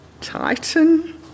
titan